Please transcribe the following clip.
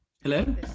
Hello